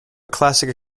classic